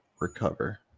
recover